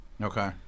Okay